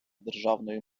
державної